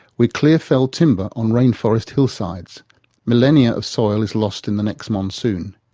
we clear fell timber on rainforest hillsides millennia of soil is lost in the next monsoon.